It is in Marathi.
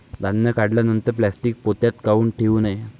धान्य काढल्यानंतर प्लॅस्टीक पोत्यात काऊन ठेवू नये?